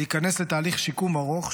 להיכנס לתהליך שיקום ארוך,